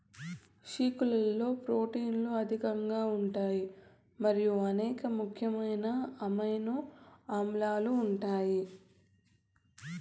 చిక్కుళ్లలో ప్రోటీన్లు అధికంగా ఉంటాయి మరియు అనేక ముఖ్యమైన అమైనో ఆమ్లాలు ఉంటాయి